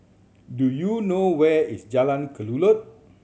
do you know where is Jalan Kelulut